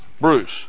Bruce